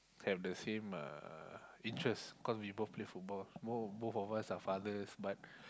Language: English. have the same uh interest cause we both play football both both of us are fathers but